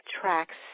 tracks